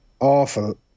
awful